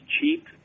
cheap